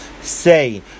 say